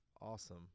awesome